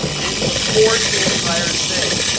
it records the entire thing.